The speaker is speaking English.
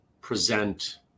present